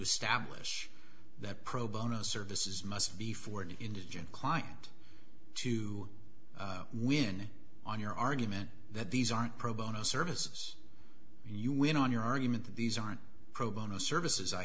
establish that pro bono services must be for an indigent client to win on your argument that these aren't pro bono services you win on your argument that these aren't pro bono services i